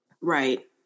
Right